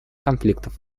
конфликтов